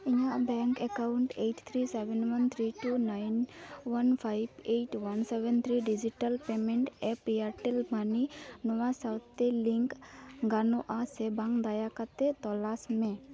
ᱤᱧᱟᱹᱜ bank account eight three seven one three two nine one five eight one seven three digital payment app Airtel money ᱱᱚᱣᱟ ᱥᱟᱶᱛᱮ link ᱜᱟᱱᱚᱜᱼᱟ ᱥᱮ ᱵᱟᱝ ᱫᱟᱭᱟ ᱠᱟᱛᱮᱫ ᱛᱚᱞᱟᱥ ᱢᱮ